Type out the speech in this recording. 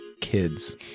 kids